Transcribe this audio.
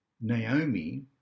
Naomi